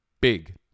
big